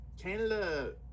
Canada